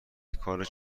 کارش